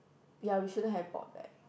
ya we shouldn't have bought back